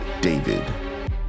David